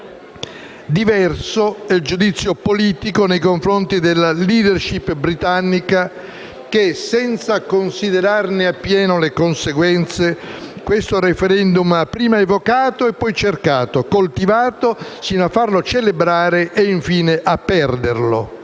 Diverso è il giudizio politico nei confronti della *leadership* britannica che, senza considerarne appieno le conseguenze, questo *referendum* ha prima evocato e poi cercato, coltivato, sino a farlo celebrare e, infine, a perderlo.